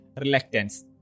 reluctance